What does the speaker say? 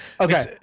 Okay